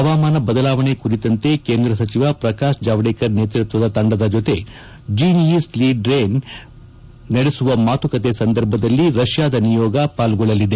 ಪವಾಮಾನ ಬದಲಾವಣೆ ಕುರಿತಂತೆ ಕೇಂದ್ರ ಸಚಿವ ಪ್ರಕಾಶ್ ಜಾವಡೇಕರ್ ನೇತೃತ್ವದ ತಂಡದ ಜೊತೆ ಜೀನ್ ಯೀಸ್ ಲೀ ಡ್ರೇನ್ ನಡೆಸುವ ಮಾತುಕತೆ ಸಂದರ್ಭದಲ್ಲಿ ರಷ್ಯಾದ ನಿಯೋಗ ಪಾಲ್ಗೊಳ್ಳಲಿದೆ